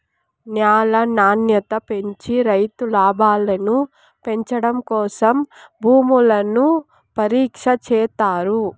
న్యాల నాణ్యత పెంచి రైతు లాభాలను పెంచడం కోసం భూములను పరీక్ష చేత్తారు